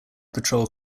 patrol